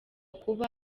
kuba